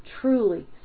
truly